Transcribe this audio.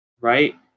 right